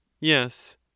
Yes